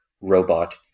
robot